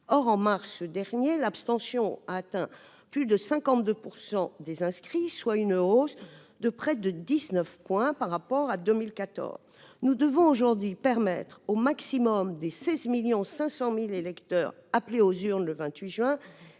de mars dernier, l'abstention a atteint plus de 52 % des inscrits, soit une hausse de près de 19 points par rapport à 2014. Nous devons aujourd'hui permettre au maximum des 16,5 millions d'électeurs appelés aux urnes le 28 juin